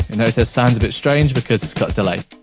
notice, sounds a bit strange, because it's got delay.